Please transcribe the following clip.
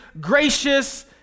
gracious